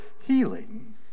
healing